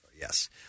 Yes